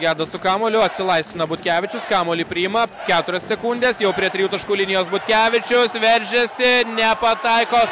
gedas su kamuoliu atsilaisvina butkevičius kamuolį priima keturios sekundės jau prie trijų taškų linijos butkevičius veržiasi nepataiko